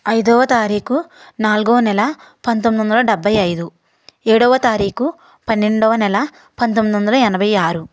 ఐదవ తారీఖు నాలుగో నెల పంతొమ్మిది వందల డెబ్భై ఐదు ఏడవ తారీఖు పన్నెండవ నెల పంతొమ్మిది వందల ఎనభై ఆరు